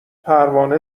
پروانه